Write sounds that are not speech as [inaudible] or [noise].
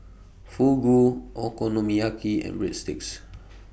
Fugu Okonomiyaki and Breadsticks [noise]